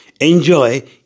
Enjoy